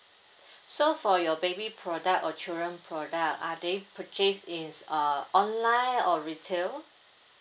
so for your baby product or children product are they purchased ins uh online or retail